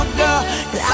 girl